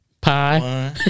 pie